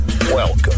Welcome